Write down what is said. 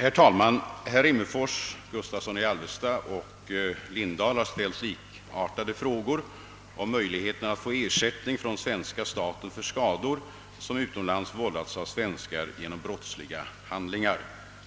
Herr talman! Herrar Rimmerfors, Gustavsson i Alvesta och Lindahl har ställt likartade frågor om möjligheterna att få ersättning från svenska staten för skador som utomlands vållats av svenskar genom brottsliga handlingar.